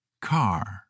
car